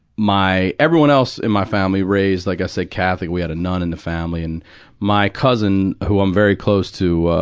my everyone else in my family raised, like i say, catholic, we had a nun in the family, and my cousin, who i'm very close to, ah,